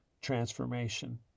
transformation